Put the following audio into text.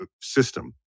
system